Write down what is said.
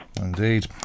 Indeed